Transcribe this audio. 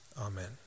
amen